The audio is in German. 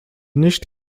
nicht